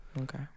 okay